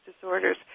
disorders